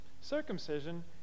Circumcision